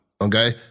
Okay